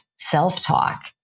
self-talk